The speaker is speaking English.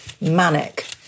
manic